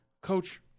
Coach